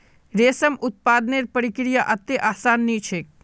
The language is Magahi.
रेशम उत्पादनेर प्रक्रिया अत्ते आसान नी छेक